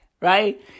right